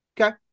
Okay